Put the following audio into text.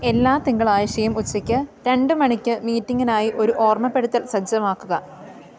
എല്ലാ തിങ്കളാഴ്ചയും ഉച്ചയ്ക്ക് രണ്ട് മണിക്ക് മീറ്റിംഗിനായി ഒരു ഓർമ്മപ്പെടുത്തൽ സജ്ജമാക്കുക